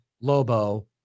Lobo